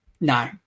No